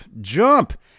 jump